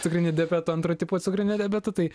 cukrinį diabetą antro tipo cukriniu diabetu tai